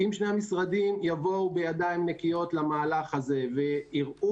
אם שני המשרדים יבואו בידיים נקיות למהלך הזה ויראו